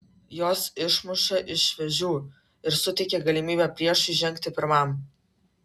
jos išmuša iš vėžių ir suteikia galimybę priešui žengti pirmam